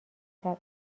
بدتر